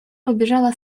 побежала